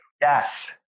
yes